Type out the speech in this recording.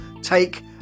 take